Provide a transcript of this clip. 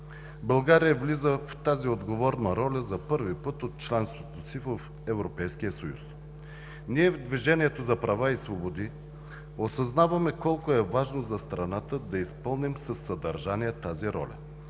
България влиза в тази отговорна роля за първи път от членството си в Европейския съюз. Ние в „Движението за права и свободи“ осъзнаваме колко е важно за страната да изпълним със съдържание тази роля,